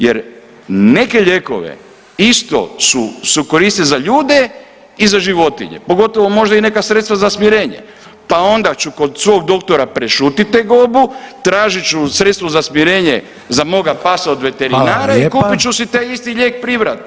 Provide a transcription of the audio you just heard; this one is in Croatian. Jer neke lijekove isto su koristi za ljude i za životinje, pogotovo možda i neka sredstva za smirenje, pa onda ću kod svog doktora prešutit tegobu, tražit ću sredstvo za smirenje za moga pasa od [[Upadica Reiner: Hvala lijepa.]] veterinara i kupit ću si taj isti lijek privatno.